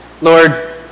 Lord